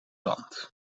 land